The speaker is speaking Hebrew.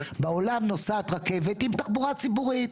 בעולם נוסעת רכבת עם תחבורה ציבורית,